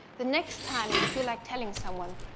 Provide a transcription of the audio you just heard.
the next time you feel like telling someone,